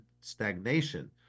stagnation